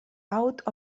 out